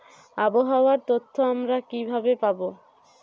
আবহাওয়ার তথ্য আমরা কিভাবে পাব?